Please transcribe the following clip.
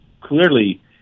clearly